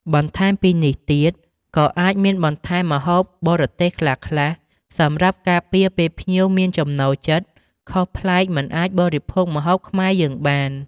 បន្ថែមពីនេះទៀតក៏អាចមានបន្ថែមម្ហូបបរទេសខ្លះៗ សម្រាប់ការពារពេលភ្ញៀវមានចំណូលចិត្តខុសប្លែកមិនអាចបរិភោគម្ហូបខ្មែរយើងបាន។